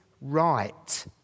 right